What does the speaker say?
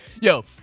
Yo